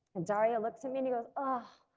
and daria looks at me and goes ah